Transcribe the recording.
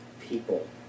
people